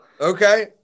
Okay